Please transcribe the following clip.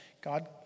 God